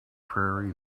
prairie